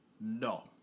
No